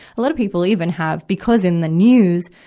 a lot of people even have, because in the news,